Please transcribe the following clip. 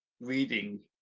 reading